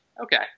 Okay